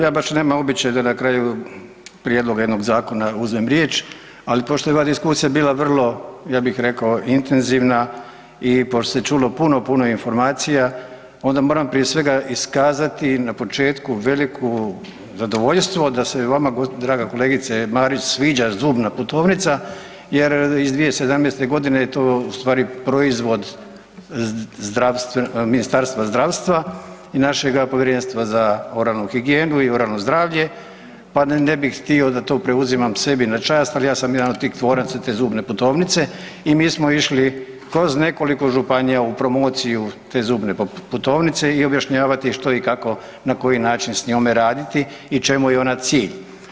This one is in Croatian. Ja baš nemam običaj da na kraju prijedloga jednog zakona uzmem riječ, ali pošto je ova diskusija bila vrlo ja bih rekao intenzivna i pošto se čulo puno puno informacija onda moram prije svega iskazati na početku veliko zadovoljstvo da se vama draga kolegice Marić sviđa „zubna putovnica“ jer iz 2017.g. je to u stvari proizvod Ministarstva zdravstva i našega Povjerenstva za oralnu higijenu i oralno zdravlje, pa ne bih htio da to preuzimam sebi na čast, al ja sam jedan od tih tvoraca te „zubne putovnice“ i mi smo išli kroz nekoliko županija u promociju te „zubne putovnice“ i objašnjavati što i kako i na koji način s njome raditi i čemu je ona cilj.